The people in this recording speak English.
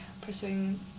pursuing